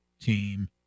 team